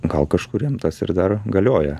gal kažkuriam tas ir dar galioja